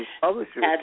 Publishers